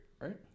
right